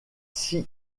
six